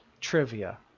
trivia